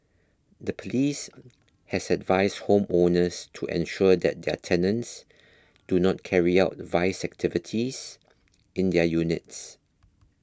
the police has advised home owners to ensure that their tenants do not carry out vice activities in their units